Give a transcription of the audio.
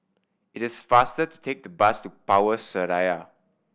it is faster to take the bus to Power Seraya